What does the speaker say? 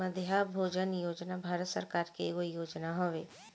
मध्याह्न भोजन योजना भारत सरकार के एगो योजना हवे